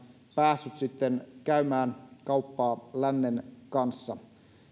päässyt sitten käymään kauppaa lännen kanssa